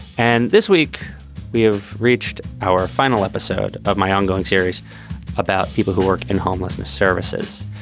and this week we have reached our final episode of my ongoing series about people who work in homelessness services.